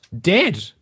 dead